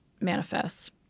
manifests